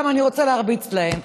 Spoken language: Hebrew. למה אני רוצה להרביץ להם.